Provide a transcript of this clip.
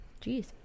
Jeez